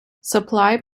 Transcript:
supply